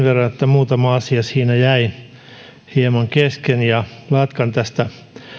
muutama asia siinä jäi hieman kesken jatkan tästä